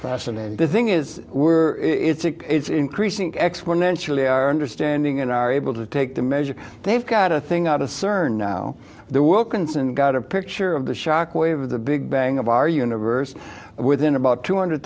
fascinating the thing is we're it's a it's increasing exponentially our understanding and are able to take the measure they've got a thing out of cern now the wilkinson got a picture of the shockwave of the big bang of our universe within about two hundred